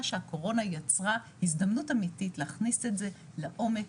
שהקורונה יצרה הזדמנות אמיתית להכניס את זה לעומק,